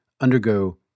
undergo